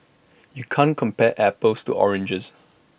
you can't compare apples to oranges